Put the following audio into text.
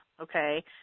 okay